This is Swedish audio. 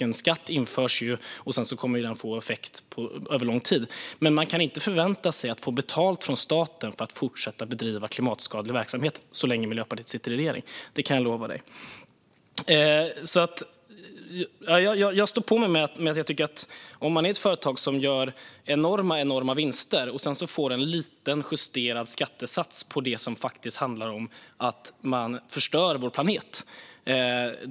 En skatt införs, och sedan får den effekt över lång tid. Men man kan inte förvänta sig att få betalt från staten för att fortsätta bedriva klimatskadlig verksamhet så länge Miljöpartiet sitter i regeringen. Det kan jag lova dig. Jag står på mig. Ett företag som gör enorma vinster kan få en liten justerad skattesats på sådant som handlar om att man förstör vår planet.